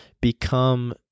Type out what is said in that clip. become